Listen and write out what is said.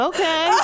Okay